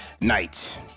night